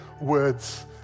words